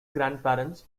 grandparents